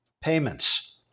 payments